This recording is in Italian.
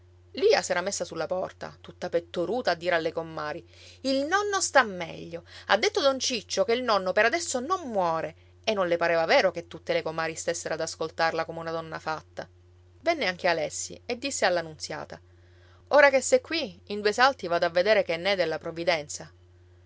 lia s'era messa sulla porta tutta pettoruta a dire alle comari il nonno sta meglio ha detto don ciccio che il nonno per adesso non muore e non le pareva vero che tutte le comari stessero ad ascoltarla come una donna fatta venne anche alessi e disse alla nunziata ora che sei qui in due salti vado a vedere che n'è della provvidenza